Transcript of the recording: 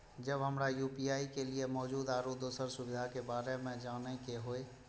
जब हमरा यू.पी.आई के लिये मौजूद आरो दोसर सुविधा के बारे में जाने के होय?